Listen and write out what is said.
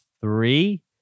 three